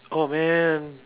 oh man